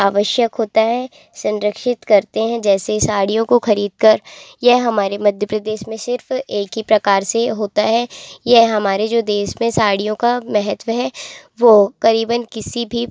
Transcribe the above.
आवश्यक होता है संरक्षित करते हैं जैसे साड़ियों को खरीदकर यह हमारे मध्य प्रदेश में सिर्फ एक ही प्रकार से होता है यह हमारे जो देश में साड़ियों का महत्व है वो करीबन किसी भी